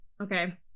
Okay